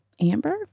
Amber